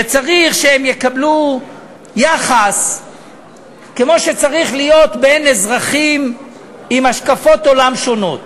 וצריך שהם יקבלו יחס כמו שצריך להיות בין אזרחים עם השקפות עולם שונות.